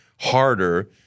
harder